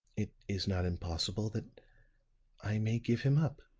it is not impossible that i may give him up.